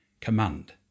command